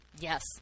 Yes